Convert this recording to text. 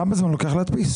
המעטפות?